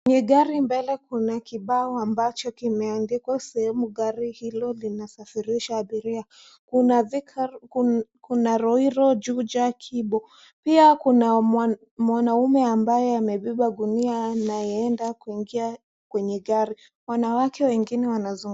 Ni gari mbele kuna kibao ambacho kimeandikwa sehemu gari hilo linasafirisha abiria. Kuna Ruiru, Juja, Kimbo. Pia kuna mwanamume ambaye amebeba gunia anaenda kuingia kwenye gari. Wanawake wengine wanazungumza.